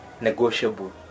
negotiable